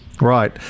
Right